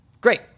Great